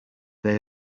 they